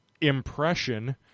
impression